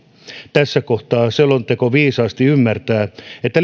tässä kohtaa selonteko viisaasti ymmärtää että